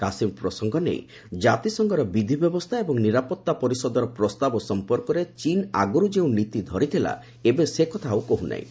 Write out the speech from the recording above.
କାଶ୍ମୀର ପ୍ରସଙ୍ଗ ନେଇ ଜାତିସଂଘର ବିଧିବ୍ୟବସ୍ଥା ଏବଂ ନିରାପତ୍ତା ପରିଷଦର ପ୍ରସ୍ତାବ ସଫପର୍କରେ ଚୀନ ଆଗରୁ ଯେଉଁ ନୀତି ଧରିଥିଲା ଏବେ ସେକଥା ଆଉ କହୁନାହିଁ